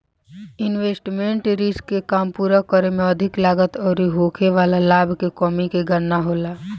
investment risk के काम पूरा करे में अधिक लागत अउरी होखे वाला लाभ के कमी के गणना होला